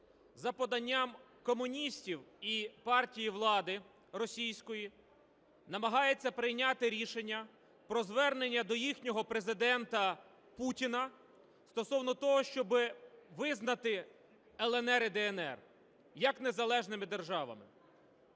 за поданням комуністів і партії влади російської намагається прийняти рішення про звернення до їхнього Президента Путіна стосовно того, щоб визнати "ЛНР" і "ДНР" як незалежними державами.